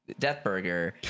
Deathburger